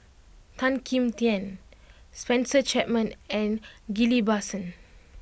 Tan Kim Tian Spencer Chapman and Ghillie Basan